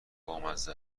بامزه